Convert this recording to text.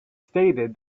stated